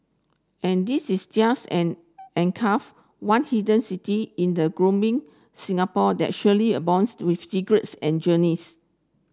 and this is just an an one hidden city in a Singapore that surely abounds with secrets and journeys